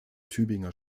tübinger